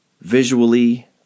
visually